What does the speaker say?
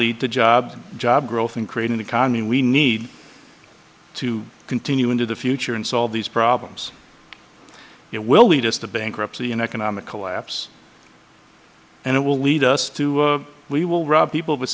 to job job growth and create an economy we need to continue into the future and solve these problems it will lead us to bankruptcy an economic collapse and it will lead us to we will rub people with